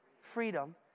freedom